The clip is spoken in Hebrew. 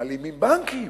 מלאימים בנקים,